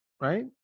right